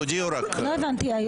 תודיעו,